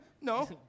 No